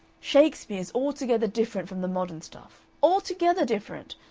shakespeare is altogether different from the modern stuff. altogether different.